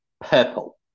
purple